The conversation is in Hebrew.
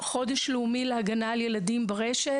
חודש לאומי להגנה על ילדים ברשת.